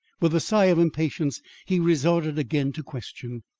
with a sigh of impatience, he resorted again to question.